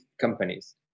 companies